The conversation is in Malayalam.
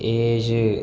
ഏഴ്